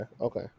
okay